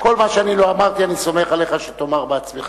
כל מי שאני לא אמרתי, אני סומך עליך שתאמר בעצמך.